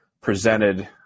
presented